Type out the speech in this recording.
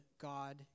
God